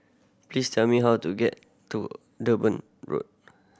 please tell me how to get to Durban Road